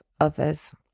others